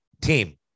team